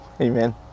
Amen